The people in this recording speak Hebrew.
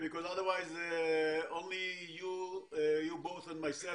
אחרת רק אני ואתם שניכם נבין את הדברים,